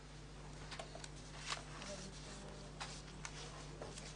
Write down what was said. כהן, בבקשה.